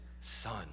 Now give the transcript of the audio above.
son